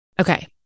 Okay